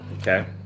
Okay